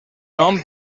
nom